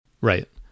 Right